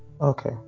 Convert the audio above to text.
Okay